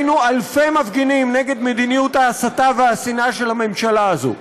היינו אלפי מפגינים נגד מדיניות ההסתה והשנאה של הממשלה הזאת.